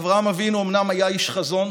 אברהם אבינו אומנם היה איש חזון,